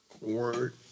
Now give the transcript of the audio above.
Word